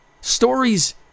Stories